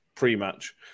pre-match